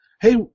hey